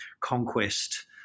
conquest